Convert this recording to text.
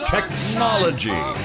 Technology